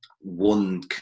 One